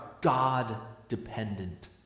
God-dependent